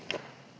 Hvala.